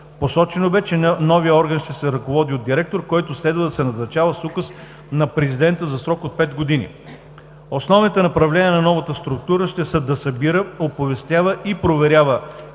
Посочено бе, че новият орган ще се ръководи от директор, който следва да се назначава с указ на президента за срок от пет години. Основните направления на новата структура ще са да събира, оповестява и проверява